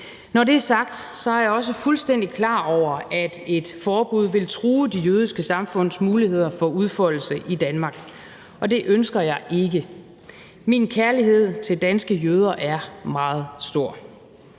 Når det er sagt, er jeg også fuldstændig klar over, at et forbud vil true de jødiske samfunds muligheder for udfoldelse i Danmark, og det ønsker jeg ikke. Min kærlighed til danske jøder er meget stor.